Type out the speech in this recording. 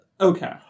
Okay